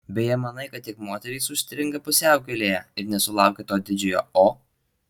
beje manai kad tik moterys užstringa pusiaukelėje ir nesulaukia to didžiojo o